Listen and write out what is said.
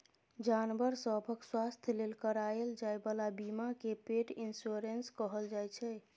जानबर सभक स्वास्थ्य लेल कराएल जाइ बला बीमा केँ पेट इन्स्योरेन्स कहल जाइ छै